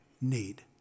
need